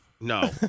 No